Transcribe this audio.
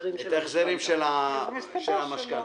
ההחזרים של המשכנתה.